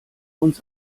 uns